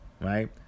right